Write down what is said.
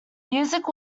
music